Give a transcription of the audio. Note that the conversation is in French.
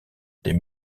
des